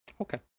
Okay